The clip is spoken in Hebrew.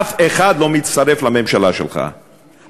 אף אחד לא מצטרף לממשלה שלך,